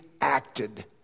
acted